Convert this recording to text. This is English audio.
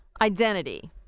identity